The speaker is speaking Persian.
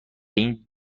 این